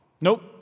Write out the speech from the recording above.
Nope